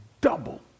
double